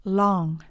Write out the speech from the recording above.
long